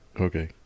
Okay